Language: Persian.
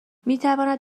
میتواند